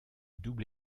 double